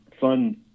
fun